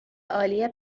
عالی